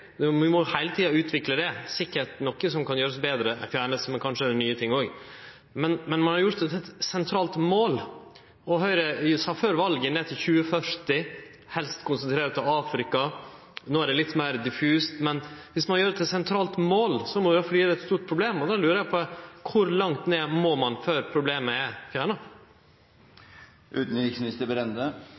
må heile tida utvikle det. Det er sikkert noko som kan gjerast betre, fjernast eller kanskje nye ting òg, men ein har gjort det til eit sentralt mål. Høgre sa før valet at talet på land skulle ned til 20–40, helst konsentrert om Afrika. No er det litt meir diffust. Men viss ein gjer det til eit sentralt mål, må det vere fordi det er eit stort problem, og då lurer eg på: Kor langt ned må ein før problemet er